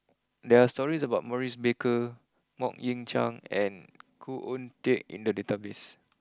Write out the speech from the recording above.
there are stories about Maurice Baker Mok Ying Jang and Khoo Oon Teik in the database